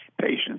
Patients